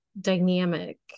dynamic